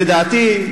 לדעתי,